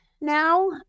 now